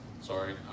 sorry